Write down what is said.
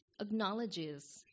acknowledges